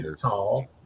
tall